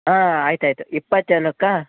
ಹಾಂ ಆಯ್ತು ಆಯ್ತು ಇಪ್ಪತ್ತು ಜನಕ್ಕ